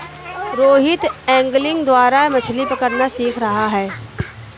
Rohit angling द्वारा मछ्ली पकड़ना सीख रहा है